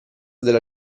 della